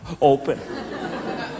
open